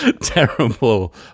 terrible